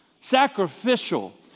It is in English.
sacrificial